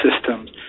systems